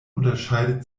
unterscheidet